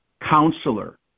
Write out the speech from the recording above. Counselor